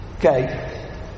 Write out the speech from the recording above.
Okay